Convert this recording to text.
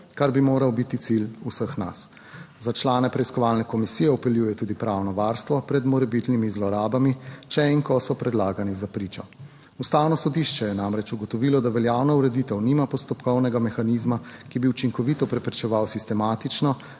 kar bi moral biti cilj vseh nas. Za člane preiskovalne komisije vpeljuje tudi pravno varstvo pred morebitnimi zlorabami, če in ko so predlagani za pričo. Ustavno sodišče je namreč ugotovilo, da veljavna ureditev nima postopkovnega mehanizma, ki bi učinkovito preprečeval sistematično